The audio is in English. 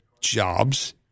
jobs